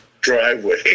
driveway